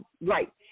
right